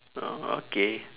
oh okay